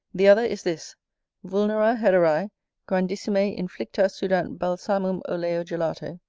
the other is this vulnera hederae grandissimae inflicta sudant balsamum oleo gelato,